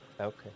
Okay